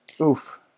Oof